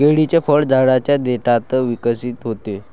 केळीचे फळ झाडाच्या देठात विकसित होते